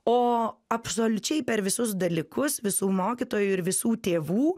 o absoliučiai per visus dalykus visų mokytojų ir visų tėvų